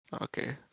Okay